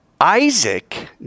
Isaac